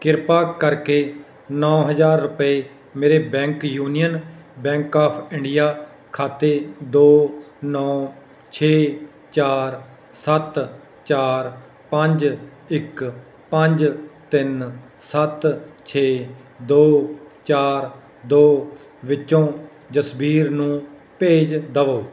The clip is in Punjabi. ਕਿਰਪਾ ਕਰਕੇ ਨੌਂ ਹਜ਼ਾਰ ਰੁਪਏ ਮੇਰੇ bank union bank of India ਖਾਤੇ ਦੋ ਨੌਂ ਛੇ ਚਾਰ ਸੱਤ ਚਾਰ ਪੰਜ ਇੱਕ ਪੰਜ ਤਿੰਨ ਸੱਤ ਛੇ ਦੋ ਚਾਰ ਦੋ ਵਿੱਚੋਂ ਜਸਬੀਰ ਨੂੰ ਭੇਜ ਦੇਵੋ